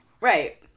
Right